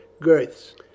Girths